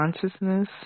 consciousness